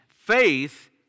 Faith